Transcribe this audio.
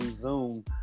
Zoom